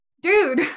Dude